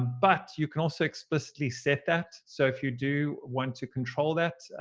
but you can also explicitly set that. so if you do want to control that,